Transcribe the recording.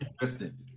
interesting